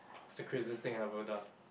what's the craziest thing I've ever done